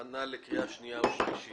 התשע"ד-2014 הכנה לקריאה שנייה ושלישית.